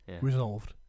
Resolved